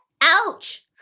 Ouch